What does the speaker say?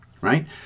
right